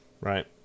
right